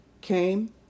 came